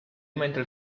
mentre